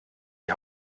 die